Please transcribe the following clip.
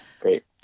great